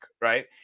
right